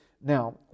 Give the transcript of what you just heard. Now